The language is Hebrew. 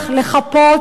לחפות.